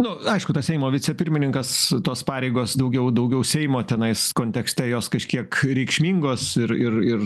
nu aišku tas seimo vicepirmininkas tos pareigos daugiau daugiau seimo tenais kontekste jos kažkiek reikšmingos ir ir ir